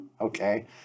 Okay